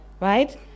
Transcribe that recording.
right